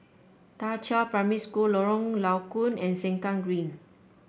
Da Qiao Primary School Lorong Low Koon and Sengkang Green